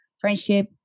friendship